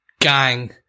gang